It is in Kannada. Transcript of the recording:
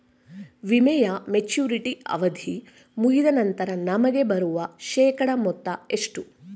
ವಿಮೆಯ ಮೆಚುರಿಟಿ ಅವಧಿ ಮುಗಿದ ನಂತರ ನಮಗೆ ಬರುವ ಶೇಕಡಾ ಮೊತ್ತ ಎಷ್ಟು?